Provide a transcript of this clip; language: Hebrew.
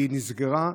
היא נסגרה.